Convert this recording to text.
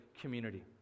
community